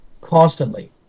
constantly